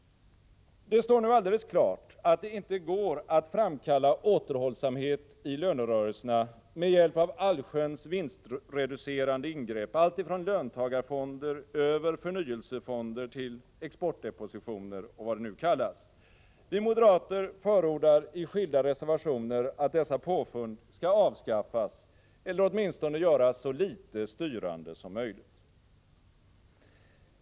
Det står nu alldeles klart att det inte går att framkalla återhållsamhet i lönerörelserna med hjälp av allsköns vinstreducerande ingrepp, alltifrån löntagarfonder över förnyelsefonder till exportdepositioner. Vi moderater förordar i skilda reservationer att dessa påfund skall avskaffas eller åtminstone göras så litet styrande som möjligt.